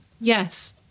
Yes